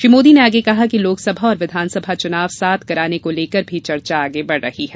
श्री मोदी ने आगे कहा कि लोकसभा और विधानसभा चुनाव साथ कराने को लेकर भी चर्चा आगे बढ़ रही है